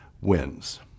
wins